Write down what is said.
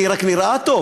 אני רק נראה טוב,